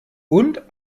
und